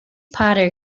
potter